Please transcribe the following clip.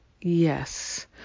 yes